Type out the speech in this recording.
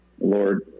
Lord